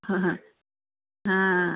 हां हां हां